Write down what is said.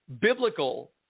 biblical